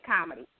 comedy